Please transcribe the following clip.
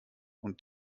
und